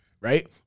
Right